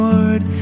Lord